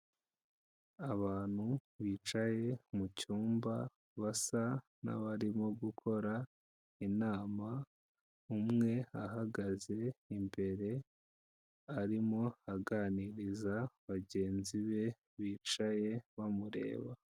Abantu bicaye mu cyumba, basa n'abarimo gukora inama, umwe ahagaze imbere, arimo aganiriza bagenzi be bicaye bamureba.